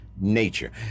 nature